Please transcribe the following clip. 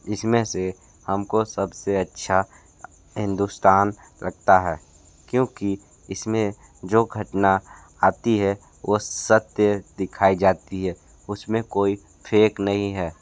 इसमें से हमको सबसे अच्छा हिंदुस्तान लगता है क्योंकि इसमें जो घटना आती है वो सत्य दिखाई जाती है उसमें कोई फेक नहीं है